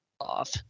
off